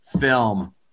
film